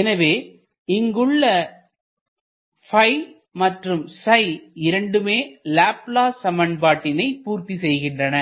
எனவே இங்குள்ள மற்றும் இரண்டுமே லாப்லாஸ் சமன்பாட்டினை பூர்த்தி செய்கின்றன